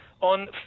on